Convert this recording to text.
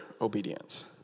obedience